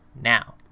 now